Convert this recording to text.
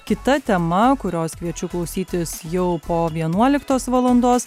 kita tema kurios kviečiu klausytojus jau po vienuoliktos valandos